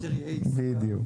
בגדול,